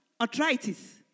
Arthritis